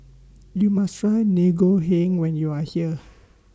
YOU must Try Ngoh Hiang when YOU Are here